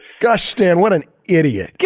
gosh stan, what an idiot.